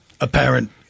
apparent